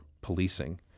policing